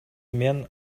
мен